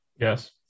Yes